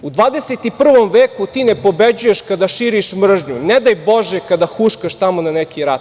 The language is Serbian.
U 21. veku ti ne pobeđuješ kada širiš mržnju, ne daj Bože kada huškaš tamo na neki rat.